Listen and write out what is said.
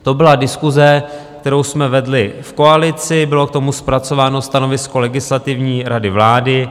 To byla diskuse, kterou jsme vedli v koalici, bylo k tomu zpracováno stanovisko Legislativní rady vlády.